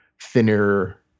thinner